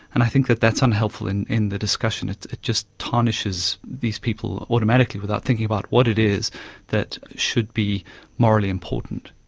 and i think that that's unhelpful in in the discussion, it just tarnishes these people automatically without thinking what it is that should be morally important.